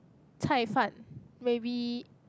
caifan maybe